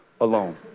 alone